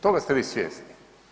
Toga ste vi svjesni.